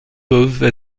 peuvent